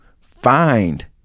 find